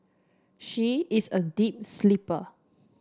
she is a deep sleeper